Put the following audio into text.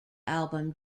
album